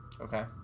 Okay